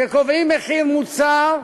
כשקובעים מחיר מוצר,